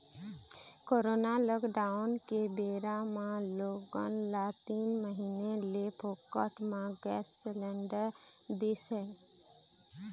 corona lockdown के बेरा म लोगन ल तीन महीना ले फोकट म गैंस सिलेंडर दिस हे